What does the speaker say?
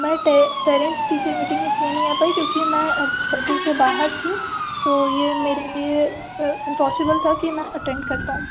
मैं parents teacher meeting में इसलिए नहीं आ पाई क्योंकि मैं जबलपुर से बाहर थी तो ये मेरे लिए इम्पॉसिबल था कि मैं अटेंड कर पाऊँ